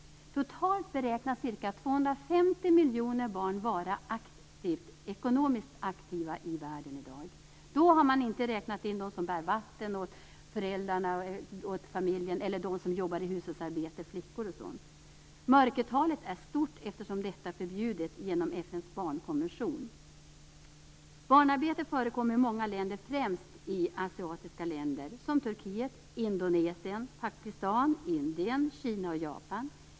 Totalt beräknas ca 250 miljoner barn vara ekonomiskt aktiva i världen". Då har man inte räknat in dem som bär vatten åt familjen eller de flickor som jobbar i hushållet. "Mörkertalet är stort eftersom detta är förbjudet genom FNs barnkonvention. - Barnarbete förekommer i många länder, främst i Asiatiska länder som tex. Turkiet, Indonesien, Pakistan, Indien, Kina och Japan.